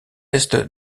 est